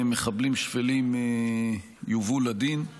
הסנגוריה הציבורית היא הראשונה להגן והראשונה להתייצב בקו החזית כדי